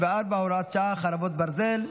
64, הוראת שעה, חרבות ברזל)